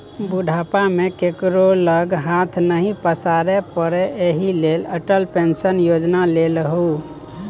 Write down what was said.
बुढ़ापा मे केकरो लग हाथ नहि पसारै पड़य एहि लेल अटल पेंशन योजना लेलहु